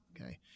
Okay